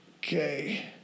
okay